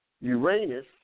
Uranus